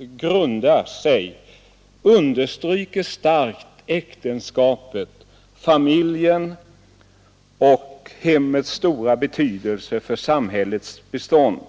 grundar sig, understryker starkt äktenskapets, familjens och hemmets stora betydelse för samhällets bestånd.